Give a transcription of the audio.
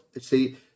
see